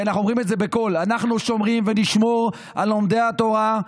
כי אנחנו אומרים את זה בקול: אנחנו שומרים ונשמור על לומדי התורה,